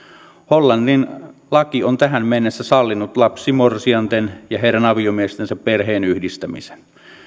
hollannin laki on tähän mennessä sallinut lapsimorsianten ja heidän aviomiestensä perheenyhdistämisen